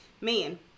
man